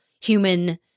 human